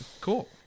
Cool